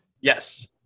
yes